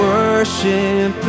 Worship